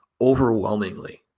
overwhelmingly